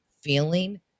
feeling